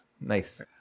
Nice